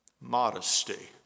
Modesty